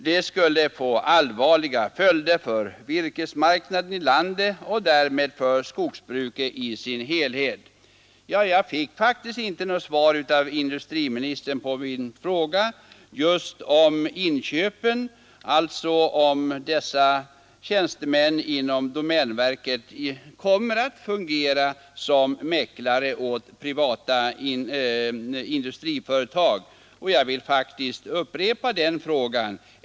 Det skulle få allvarliga följder för virkesmarknaden i landet och därmed för skogsbruket i dess helhet. Jag fick faktiskt inte något svar av industriministern på min fråga just om inköpen, alltså om tjänstemännen inom domänverket kommer att fungera som mäklare åt privata industriföretag. Jag vill därför upprepa den frågan.